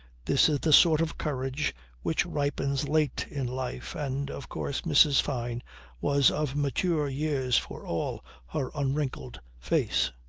this is the sort of courage which ripens late in life and of course mrs. fyne was of mature years for all her unwrinkled face.